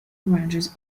ranges